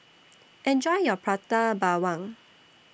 Enjoy your Prata Bawang